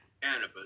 cannabis